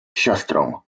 siostrą